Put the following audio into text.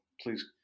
please